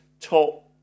top